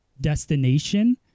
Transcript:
destination